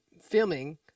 filming